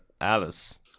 Alice